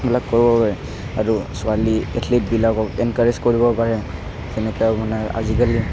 সেইবিলাক কৰিব পাৰে আৰু ছোৱালী এথলিট্বিলাকক এনকাৰেজ কৰিব পাৰে তেনেকুৱা মানে আজিকালি